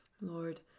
Lord